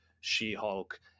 She-Hulk